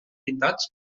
pintats